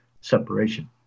separation